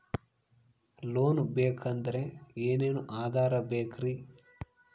Loan ಬೇಕಾದ್ರೆ ಏನೇನು ಆಧಾರ ಬೇಕರಿ?